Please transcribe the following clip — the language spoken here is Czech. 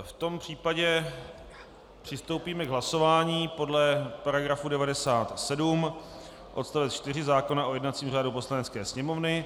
V tom případě přistoupíme k hlasování podle § 97 odst. 4 zákona o jednacím řádu Poslanecké sněmovny.